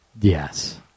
Yes